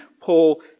Paul